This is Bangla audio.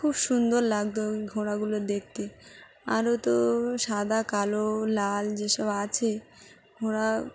খুব সুন্দর লাগতো ওই ঘোড়াগুলো দেখতে আরও তো সাদা কালো লাল যেসব আছে ঘোড়া